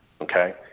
Okay